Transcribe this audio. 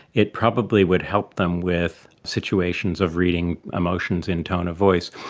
it probably would help them with situations of reading emotions in tone of voice.